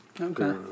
Okay